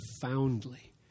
profoundly